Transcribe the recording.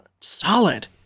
solid